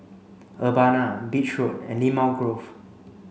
Urbana Beach Road and Limau Grove